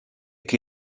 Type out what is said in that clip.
che